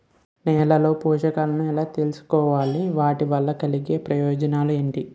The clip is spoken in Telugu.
నేలలో పోషకాలను ఎలా తెలుసుకోవాలి? వాటి వల్ల కలిగే ప్రయోజనాలు ఏంటి?